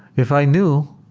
if i knew,